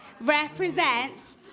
represents